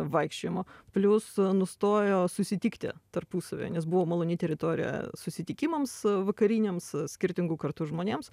vaikščiojimo plius nustojo susitikti tarpusavyje nes buvo maloni teritorija susitikimams vakariniams skirtingų kartų žmonėms